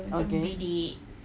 okay